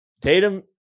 Tatum